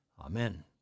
Amen